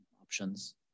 options